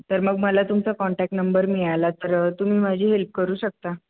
तर मग मला तुमचा कॉन्टॅक्ट नंबर मिळाला तर तुम्ही माझी हेल्प करू शकता